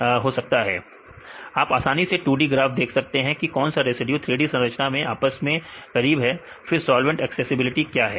विद्यार्थी 2D graph आप आसानी से 2D ग्राफ देख सकते हैं कि कौन सा रेसिड्यू 3D संरचना में आपस में करीब है फिर सॉल्वेंट एक्सेसिबिलिटी क्या है